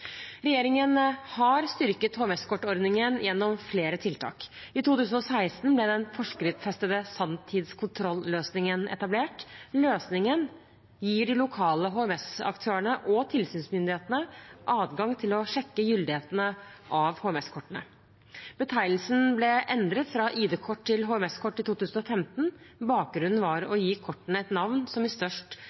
Regjeringen har styrket HMS-kortordningen gjennom flere tiltak. I 2016 ble den forskriftsfestede sanntidskontroll-løsningen etablert. Løsningen gir de lokale HMS-aktørene og tilsynsmyndighetene adgang til å sjekke gyldigheten av HMS-kortene. Betegnelsen ble endret fra ID-kort til HMS-kort i 2015. Bakgrunnen var å gi kortene et navn som i størst